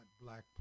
black